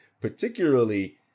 particularly